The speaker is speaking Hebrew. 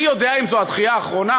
אני יודע אם זו הדחייה האחרונה?